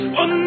on